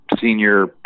senior